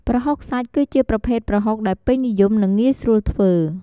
ប្រហុកសាច់ គឺជាប្រភេទប្រហុកដែលពេញនិយម និងងាយស្រួលធ្វើ។